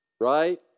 right